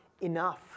enough